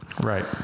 Right